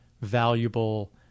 valuable